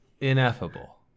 ineffable